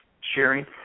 sharing